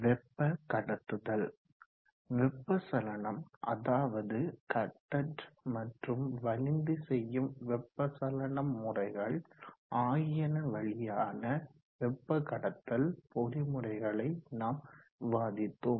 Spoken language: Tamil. வெப்பகடத்துதல் வெப்ப சலனம் அதாவது கட்டற்ற மற்றும் வலிந்து செய்யும் வெப்ப சலனம் முறைகள் ஆகியன வழியான வெப்ப கடத்தல் பொறிமுறைகளை நாம் விவாதித்தோம்